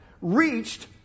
reached